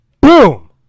boom